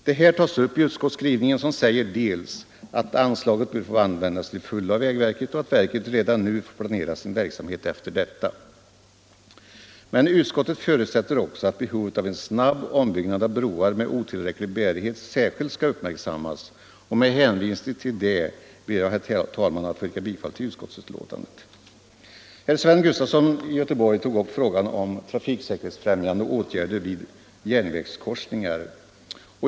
Detta tas upp i utskottsskrivningen, som säger att anslaget bör få användas till fullo av vägverket och att verket redan nu får planera sin verksamhet efter detta. Men utskottet förutsätter också att behovet av en snabb ombyggnad av broar med otillräcklig bärighet särskilt skall uppmärksammas. Med hänvisning till detta ber jag, herr talman, att få yrka bifall till utskottets hemställan. Herr Sven Gustafson i Göteborg tog upp frågan om trafiksäkerhetsfrämjande åtgärder vid järnvägskorsningar.